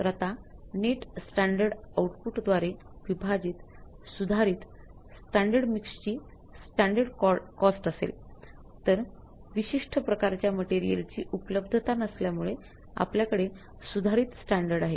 तर आता net standard आउटपुटद्वारे विभाजित सुधारित स्टँडर्ड मिक्सची स्टँडर्ड कॉस्ट असेल तर विशिष्ट प्रकारच्या मटेरियलची उपलब्धता नसल्यामुळे आपल्याकडे सुधारित स्टँडर्ड आहे